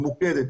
ממוקדת,